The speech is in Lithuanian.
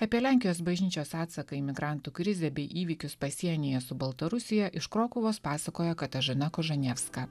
apie lenkijos bažnyčios atsaką į migrantų krizę bei įvykius pasienyje su baltarusija iš krokuvos pasakoja katažina kožanievska